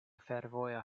fervoja